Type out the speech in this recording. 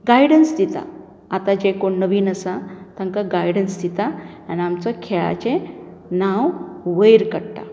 guidance दिता आता जे कोण नवीन आसा तांकां गायडंस दितात आनी आमचे खेळाचे नांव वयर काडटा